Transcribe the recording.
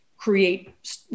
create